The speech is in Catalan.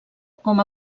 com